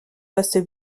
postes